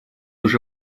уже